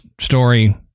story